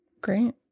Great